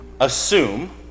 assume